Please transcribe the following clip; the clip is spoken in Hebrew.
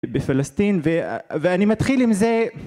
בפלסטין ו... ואני מתחיל עם זה